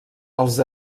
els